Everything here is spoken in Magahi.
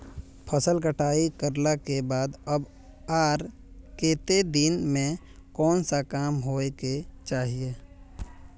फसल कटाई करला के बाद कब आर केते दिन में कोन सा काम होय के चाहिए?